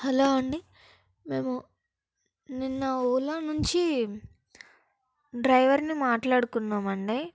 hello అండి మేము నిన్న ఓలా నుంచి డ్రైవర్ని మాట్లాడుకున్నాం అండి